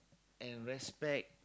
and respect